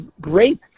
great